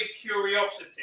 curiosity